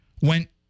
went